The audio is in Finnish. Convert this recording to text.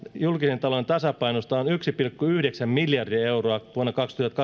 julkisen talouden tasapainosta on yksi pilkku yhdeksän miljardia euroa vuonna